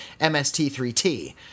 MST3T